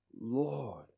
Lord